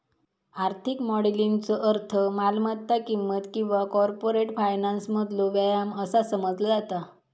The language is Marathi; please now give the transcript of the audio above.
आर्थिक मॉडेलिंगचो अर्थ मालमत्ता किंमत किंवा कॉर्पोरेट फायनान्समधलो व्यायाम असा समजला जाता